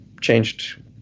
changed